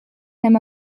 him